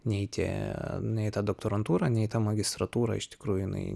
nei tie nei ta doktorantūra nei ta magistratūra iš tikrųjų jinai